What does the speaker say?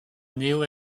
néo